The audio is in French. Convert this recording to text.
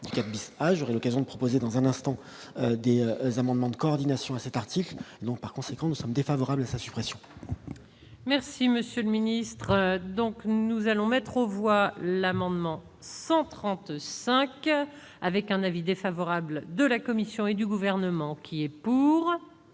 de son âge relocation proposés dans un instant des amendements de coordination à cet article donc par conséquent nous sommes défavorables, sa suppression. Merci, Monsieur le Ministre, donc nous allons mettre aux voix l'amendement 135 avec un avis défavorable de la Commission et du gouvernement qui est pour.